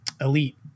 elite